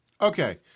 Okay